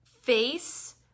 face